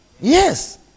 Yes